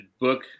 book